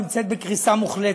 נמצאת בקריסה מוחלטת,